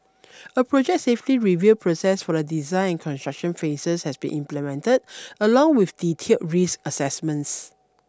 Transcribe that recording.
a project safety review process for the design construction phases has been implemented along with detailed risk assessments